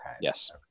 Yes